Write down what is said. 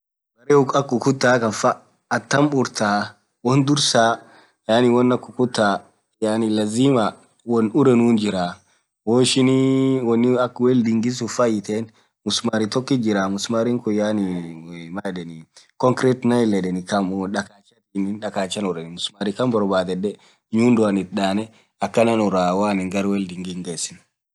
Block akaa ukutakan faa atamm murthaa won dhurasaaa yaani won akaa ukutaa yaani lazima won urenun jiraa woishin wonn akaa welding sufaa hithein msumarii tokit jiraa msumari khun yaani maaan yedheni concrete nail yedheni kaam Hodhaa dhakhachan urenii msumari kaan borbadhedhe nyundoan ithi dhaane akanan uraa woanin gar weldingith ghessun